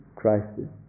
crisis